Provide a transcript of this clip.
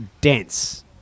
dense